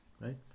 right